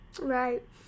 Right